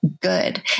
good